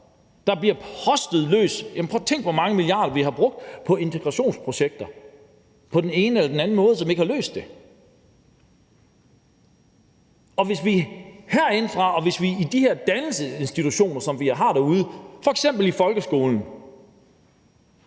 Der bliver postet løs. Jamen prøv at tænk, hvor mange milliarder vi har brugt på integrationsprojekter på den ene eller den anden måde, som ikke har løst det. Tænk, hvis vi herindefra og hvis vi i de her dannelsesinstitutioner, som vi har derude, f.eks. folkeskolen,